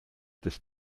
des